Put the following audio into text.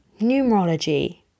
Numerology